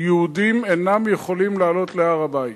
יהודים אינם יכולים לעלות להר-הבית.